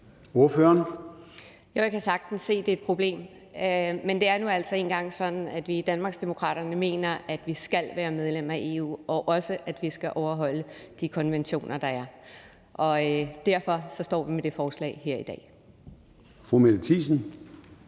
jeg kan sagtens se, det er et problem, men det er altså nu engang sådan, at vi i Danmarksdemokraterne mener, at vi skal være medlem af EU, og at vi også skal overholde de konventioner, der er. Derfor står vi med det forslag her i dag.